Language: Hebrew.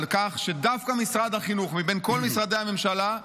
על כך שדווקא משרד החינוך, מבין כל משרדי הממשלה,